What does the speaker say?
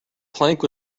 plank